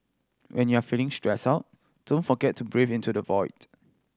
when you are feeling stressed out don't forget to breathe into the void